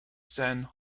san